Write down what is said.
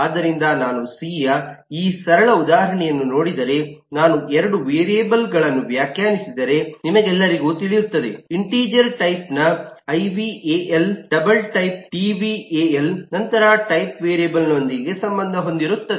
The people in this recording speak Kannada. ಆದ್ದರಿಂದ ನಾನು ಸಿ ಯ ಈ ಸರಳ ಉದಾಹರಣೆಯನ್ನು ನೋಡಿದರೆ ನಾನು 2 ವೇರಿಯೇಬಲ್ಗಳನ್ನು ವ್ಯಾಖ್ಯಾನಿಸಿದರೆ ನಿಮಗೆಲ್ಲರಿಗೂ ತಿಳಿಯುತ್ತದೆ ಇಂಟಿಜರ್ ಟೈಪ್ನ I V A L double ಟೈಪ್ನ ಡಿ ವಿ ಎ ಎಲ್ ನಂತರ ಟೈಪ್ ವೇರಿಯೇಬಲ್ ನೊಂದಿಗೆ ಸಂಬಂಧ ಹೊಂದಿರುತ್ತದೆ